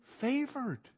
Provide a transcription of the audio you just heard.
favored